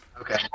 Okay